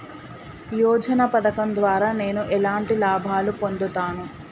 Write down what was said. యోజన పథకం ద్వారా నేను ఎలాంటి లాభాలు పొందుతాను?